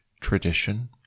tradition